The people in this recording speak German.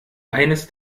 eines